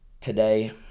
today